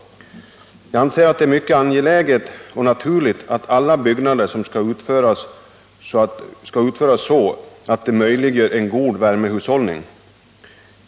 Jag menar att det är mycket angeläget och naturligt att alla byggnader skall utföras så, att de möjliggör en god värmehushållning.